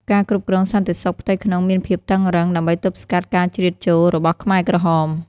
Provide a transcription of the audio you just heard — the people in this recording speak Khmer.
ការគ្រប់គ្រងសន្តិសុខផ្ទៃក្នុងមានភាពតឹងរ៉ឹង ដើម្បីទប់ស្កាត់ការជ្រៀតចូលរបស់ខ្មែរក្រហម។